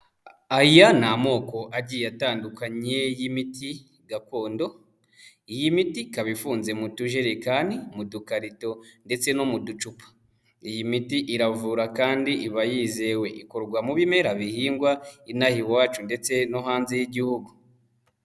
Aya ni amoko agiye atandukanye y'imiti gakondo, iyi miti ikaba ifunze mu tujerekani, mu dukarito ndetse no mu ducupa, iyi miti iravura kandi iba yizewe ikorwa mu bimera bihingwa inaha iwacu ndetse no hanze y'igihugu.